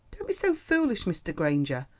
don't be so foolish, mr. granger.